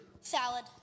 Salad